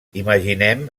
imaginem